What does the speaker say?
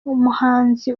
umuhanzi